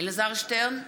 אלעזר שטרן,